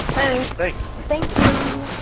thank but thank you.